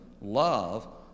love